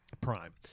prime